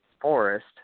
forest